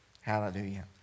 Hallelujah